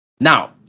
Now